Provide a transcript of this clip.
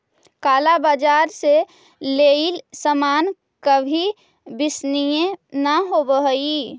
काला बाजार से लेइल सामान कभी विश्वसनीय न होवअ हई